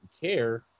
care